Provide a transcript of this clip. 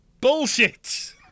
Bullshit